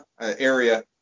area